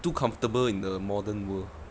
too comfortable in the modern world